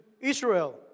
Israel